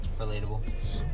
Relatable